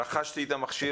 רכשתי את המכשיר,